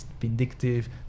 vindictive